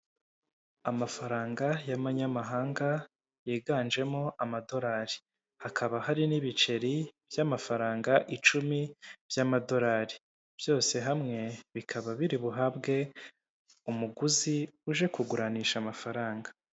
Amafaranga y'amanyamahanga, yiganjemo amadorari. Hakaba hari n'ibiceri by'amafaranga icumi by'amadorari. Byose hamwe bikaba biri buhabwe umuguzi uje kuguranisha amafaranga.